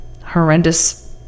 horrendous